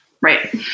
Right